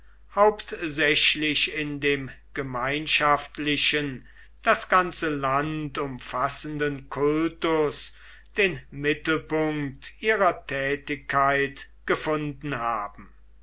hauptsächlich in dem gemeinschaftlichen das ganze land umfassenden kultus den mittelpunkt ihrer tätigkeit gefunden haben